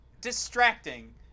distracting